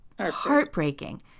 Heartbreaking